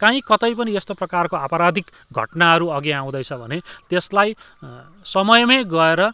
कहीँ कतै पनि यस्तो प्रकारको अपराधिक घटनाहरू अघि आउँदैछ भने त्यसलाई समयमै गएर